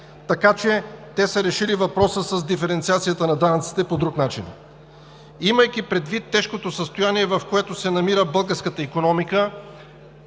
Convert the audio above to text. Така че те са решили въпроса с диференциацията на данъците по друг начин. Имайки предвид тежкото състояние, в което се намира българската икономика,